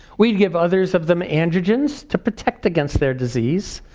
we'd give others of them androgens to protect against their disease.